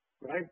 Right